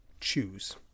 choose